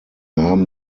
haben